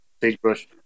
sagebrush